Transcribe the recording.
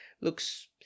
looks